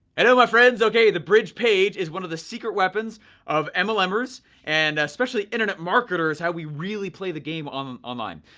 hello my friends okay the bridge page is one of the secret weapons of mlm'ers and especially internet marketers how we really play the game um online.